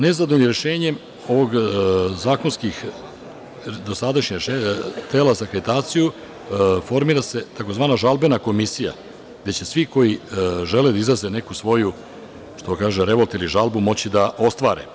Nezadovoljni dosadašnjim rešenjem tela za akreditaciju, formira se tzv. žalbena komisija gde će svi koji žele da izraze neku svoju, što kaže – revolt ili žalbu, moći da ostvare.